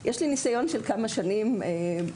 יש לי ניסיון של כמה שנים בתחום.